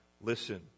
listen